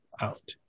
out